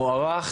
מוערך.